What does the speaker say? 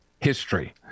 history